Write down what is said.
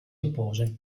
oppone